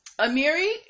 Amiri